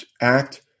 act